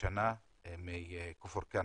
מכפר כנא,